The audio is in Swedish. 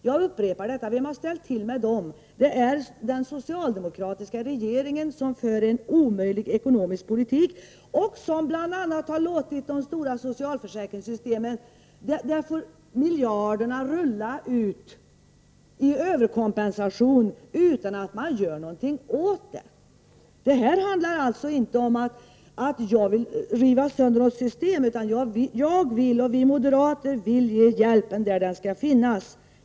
Jo, det är den socialdemokratiska regeringen, som för en omöjlig ekonomisk politik, och som bl.a. har låtit miljarder rulla ut i överkompensation från de stora socialförsäkringssystemen utan att göra någonting åt det. Här handlar det alltså inte om att jag vill riva sönder något system, utan jag och vi moderater vill ge hjälpen där den skall ges.